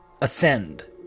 ascend